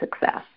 success